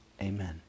Amen